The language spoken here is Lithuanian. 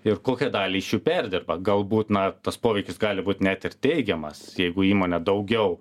ir kokią dalį iš jų perdirba galbūt na tas poveikis gali būt net ir teigiamas jeigu įmonė daugiau